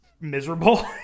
miserable